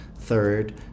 Third